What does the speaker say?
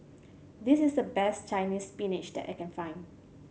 this is the best Chinese Spinach that I can find